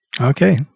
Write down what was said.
Okay